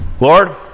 Lord